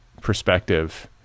perspective